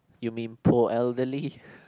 you mean poor elderly